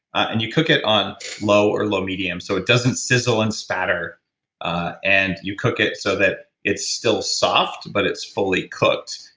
and you cook it on low or low medium so it doesn't sizzle and splatter ah and you cook it so that it's still soft but it's fully cooked,